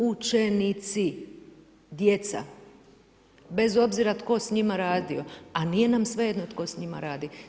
Učenici, djeca, bez obzira tko s njima radio, a nije nam svejedno tko s njima radi.